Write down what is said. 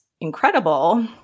incredible